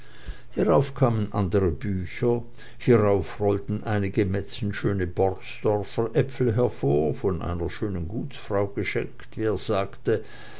hierauf kamen andere bücher hierauf rollten einige metzen schöne borsdorfer apfel hervor von einer schönen gutsfrau geschenkt wie er sagte